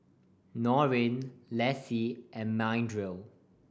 Norine Lacie and Mildred